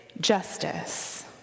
justice